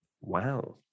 Wow